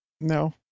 No